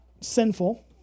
sinful